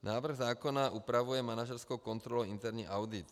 Návrh zákona upravuje manažerskou kontrolu a interní audit.